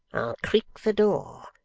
i'll creak the door,